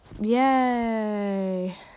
yay